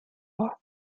all